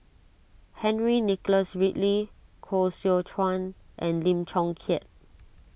Henry Nicholas Ridley Koh Seow Chuan and Lim Chong Keat